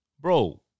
bro